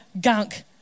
gunk